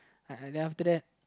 uh then after that